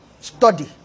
Study